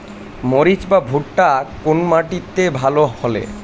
মরিচ এবং ভুট্টা কোন মাটি তে ভালো ফলে?